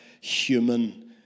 human